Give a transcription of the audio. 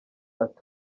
ati